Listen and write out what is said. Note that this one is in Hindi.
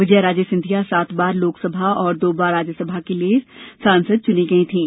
विजया राजे सिंधिया सात बार लोकसभा और दो बार राज्य सभा के लिए सांसद चुनी गई थीं